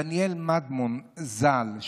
דניאל מדמון ז"ל,